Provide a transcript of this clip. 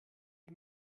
wie